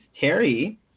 Terry